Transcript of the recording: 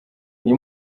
uyu